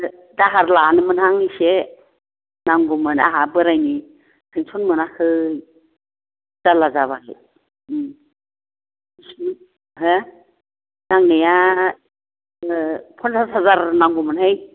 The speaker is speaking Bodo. दाहार लानोमोन आं एसे नांगौमोन आंहा बोरायनि पेन्स'न मोनाखै जाल्ला जाबाय मा नांनाया पन्सास हाजार नांगौमोनहाय